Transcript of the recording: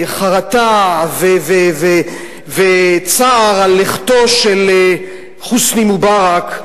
חרטה וצער על לכתו של חוסני מובארק,